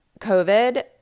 COVID